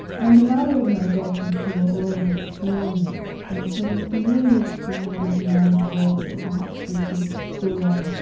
and there are organisations who are already exploring this, and so there's some really interesting models around the world that perhaps we could draw on.